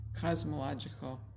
cosmological